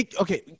okay